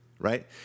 right